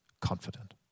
confident